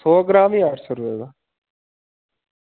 सौ ग्राम ई अट्ठ सौ रपेऽ दा